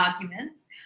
arguments